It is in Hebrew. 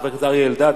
חבר הכנסת אריה אלדד,